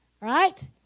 right